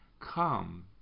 Come